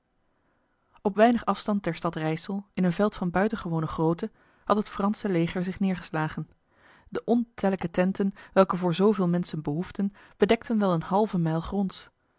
op weinig afstand der stad rijsel in een veld van buitengewone grootte had het franse leger zich neergeslagen de ontellijke tenten welke voor zoveel mensen behoefden bedekten wel een halve mijl gronds